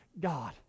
God